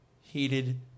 heated